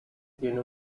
tiene